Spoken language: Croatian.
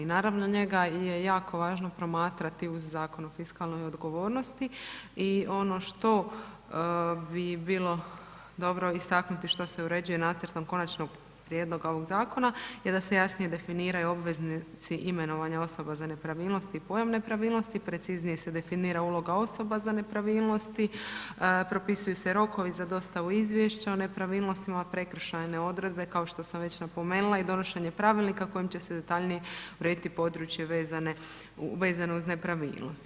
Naravno njega je jako važno promatrati uz Zakon o fiskalnoj odgovornosti i ono što bi bilo dobro istaknuti što se uređuje nacrtom konačnog prijedloga ovoga zakona je da se jasnije definiraju obveznici imenovanja osoba za nepravilnosti i pojam nepravilnosti, preciznije se definira uloga osoba za nepravilnosti, propisuju se rokovi za dostavu izvješća o nepravilnostima, prekršajne odredbe, kao što sam već napomenula i donošenje pravilnika kojim će se detaljnije urediti područje vezano uz nepravilnosti.